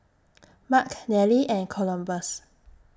Mark Nelly and Columbus